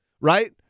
Right